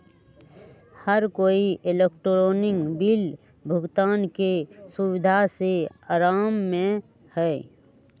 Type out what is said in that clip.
हर कोई electronic bill भुगतान के सुविधा से आराम में हई